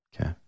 Okay